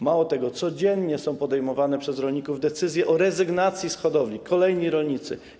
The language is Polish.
Mało tego, codziennie są podejmowane przez rolników decyzje o rezygnacji z hodowli, kolejnych rolników.